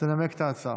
תנמק את ההצעה.